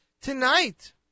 Tonight